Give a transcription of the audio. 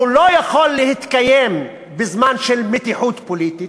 הוא לא יכול להתקיים בזמן של מתיחות פוליטית.